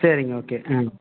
சரிங்க ஓகே ஆ